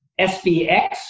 SBX